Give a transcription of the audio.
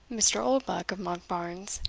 mr. oldbuck of monkbarns,